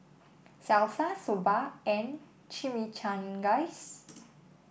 Salsa Soba and Chimichangas